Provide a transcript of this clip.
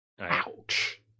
Ouch